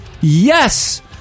yes